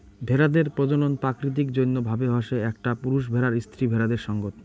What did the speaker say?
ভেড়াদের প্রজনন প্রাকৃতিক জইন্য ভাবে হসে একটা পুরুষ ভেড়ার স্ত্রী ভেড়াদের সঙ্গত